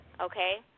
okay